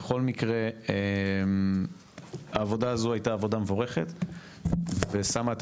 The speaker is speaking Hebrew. בכל מקרה העבודה הזו הייתה עבודה מבורכת ושמה את